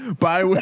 by way.